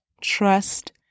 trust